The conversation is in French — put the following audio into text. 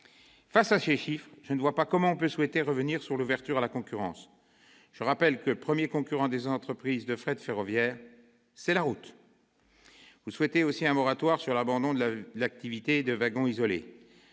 Face à ces chiffres, je ne vois pas comment on peut souhaiter revenir sur l'ouverture à la concurrence. Je rappelle que le premier concurrent des entreprises de fret ferroviaire, c'est la route ! Vous souhaitez aussi un moratoire sur l'abandon de l'activité de wagon isolé.